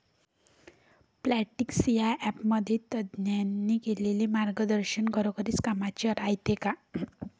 Plantix या ॲपमधील तज्ज्ञांनी केलेली मार्गदर्शन खरोखरीच कामाचं रायते का?